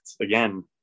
again